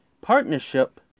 partnership